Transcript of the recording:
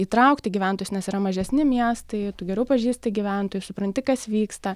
įtraukti gyventojus nes yra mažesni miestai tu geriau pažįsti gyventojus supranti kas vyksta